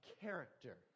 character